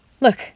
Look